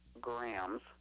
grams